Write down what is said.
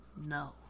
No